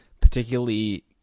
particularly